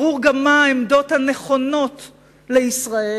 ברור גם מה העמדות הנכונות לישראל.